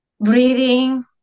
breathing